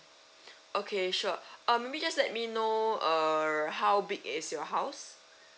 okay sure um may be just let me know uh how big is your house